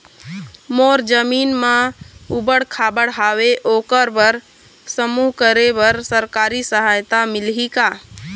मोर जमीन म ऊबड़ खाबड़ हावे ओकर बर समूह करे बर सरकारी सहायता मिलही का?